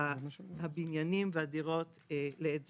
הבניינים והדירות לעת זקנה.